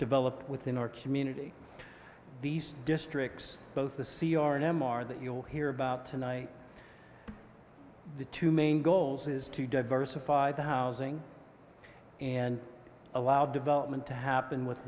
developed within our community these districts both the c r and m r that you'll hear about tonight the two main goals is to diversify the housing and allow development to happen with